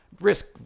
risk